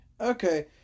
Okay